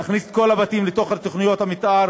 להכניס את כל הבתים לתוך תוכניות המתאר